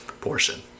portion